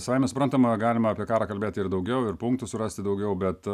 savaime suprantama galima apie karą kalbėt ir daugiau ir punktų surasti daugiau bet